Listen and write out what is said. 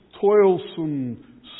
toilsome